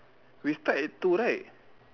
we start at two right